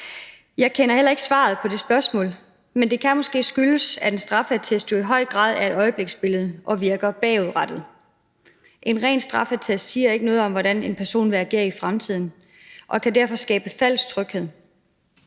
Jeg kender heller ikke svaret på det spørgsmål, men det kan måske skyldes, at en straffeattest jo i høj grad er et øjebliksbillede og virker bagudrettet. En ren straffeattest siger ikke noget om, hvordan en person vil agere i fremtiden, og kan derfor skabe falsk tryghed.